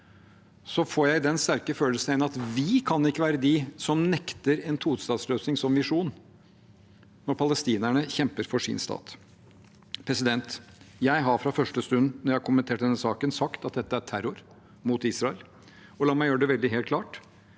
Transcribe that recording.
– fikk jeg igjen den sterke følelsen av at vi ikke kan være de som nekter en tostatsløsning som visjon, når palestinerne kjemper for sin stat. Jeg har fra første stund når jeg har kommentert denne saken, sagt at dette er terror mot Israel. La meg gjøre det helt klart: